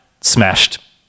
smashed